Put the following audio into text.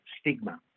stigma